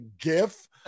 GIF